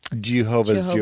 Jehovah's